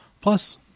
Plus